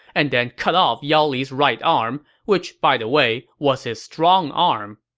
and then cut off yao li's right arm, which, by the way, was his strong arm.